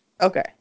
Okay